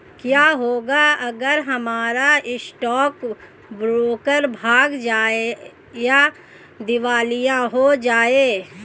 क्या होगा अगर हमारा स्टॉक ब्रोकर भाग जाए या दिवालिया हो जाये?